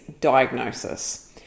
diagnosis